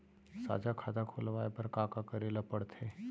साझा खाता खोलवाये बर का का करे ल पढ़थे?